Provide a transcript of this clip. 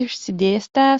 išsidėstęs